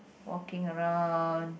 walking around